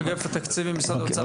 אגף התקציבים, משרד האוצר.